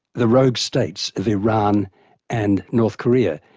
the rogue states of iran and north korea.